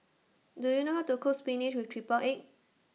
Do YOU know How to Cook Spinach with Triple Egg